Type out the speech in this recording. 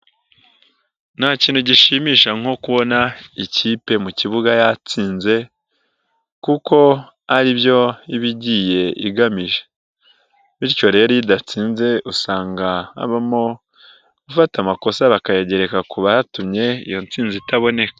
Nta kintu gishimisha nko kubona ikipe mu kibuga yatsinze kuko aribyo iba igiye igamije, bityo rero iyo idatsinze usanga habamo gufata amakosa bakayagereka ku batumye iyo nsinzi itaboneka.